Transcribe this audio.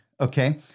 okay